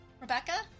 Rebecca